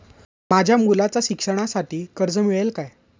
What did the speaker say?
माझ्या मुलाच्या शिक्षणासाठी कर्ज मिळेल काय?